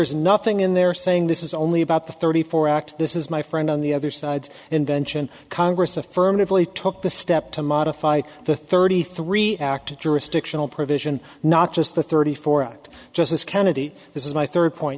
is nothing in there so saying this is only about the thirty four act this is my friend on the other side's invention congress affirmatively took the step to modify the thirty three act jurisdictional provision not just the thirty four act justice kennedy this is my third point